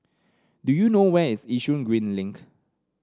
do you know where is Yishun Green Link